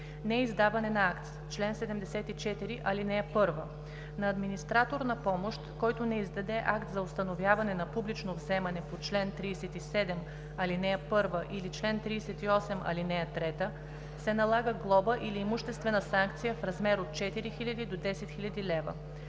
„Неиздаване на акт Чл. 74. (1) На администратор на помощ, който не издаде акт за установяване на публично вземане по чл. 37, ал. 1 или чл. 38, ал. 3, се налага глоба или имуществена санкция в размер от 4000 до 10 000 лв.